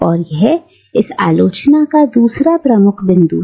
और यह इस आलोचना का दूसरा प्रमुख बिंदु है